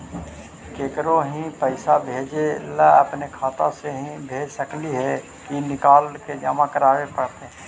केकरो ही पैसा भेजे ल अपने खाता से ही भेज सकली हे की निकाल के जमा कराए पड़तइ?